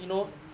mmhmm